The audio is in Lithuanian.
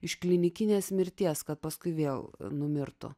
iš klinikinės mirties kad paskui vėl numirtų